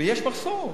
ויש מחסור,